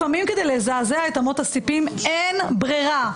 לפעמים, כדי לזעזע את אמות הסיפים, אין ברירה.